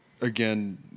again